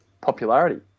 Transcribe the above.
popularity